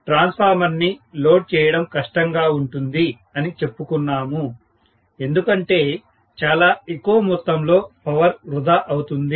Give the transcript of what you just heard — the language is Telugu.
మనము ట్రాన్స్ఫార్మర్ ని లోడ్ చేయడం కష్టంగా ఉంటుంది అని చెప్పుకున్నాము ఎందుకంటే చాలా ఎక్కువ మొత్తంలో పవర్ వృథా అవుతుంది